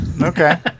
okay